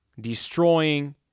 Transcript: destroying